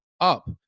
up